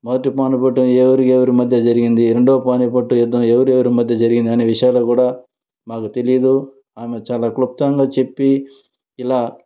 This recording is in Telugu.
మొదటి పానిపట్ యుద్ధం ఎవరి ఎవరి మధ్య జరిగింది రెండవ పానిపట్టు యుద్ధం ఎవరి ఎవరి మధ్య జరిగింది అనే విషయాలు కూడ మాకు తెలీదు ఆమె చాలా క్లుప్తంగా చెప్పి ఇలా